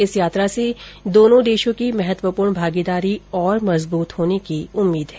इस यात्रा से दोनों देशों की महत्वपूर्ण भागीदारी और मजबूत होने की उम्मीद है